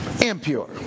impure